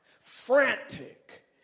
Frantic